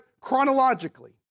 chronologically